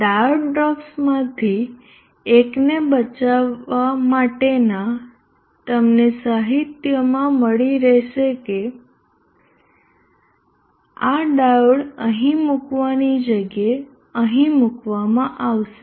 diode ડ્રોપ્સમાંથી એકને બચાવવા માટેના તમને સાહિત્યમાં મળી રહેશે કે આ ડાયોડ અહીં મૂકવાની જગ્યે અહીં મૂકવામાં આવશે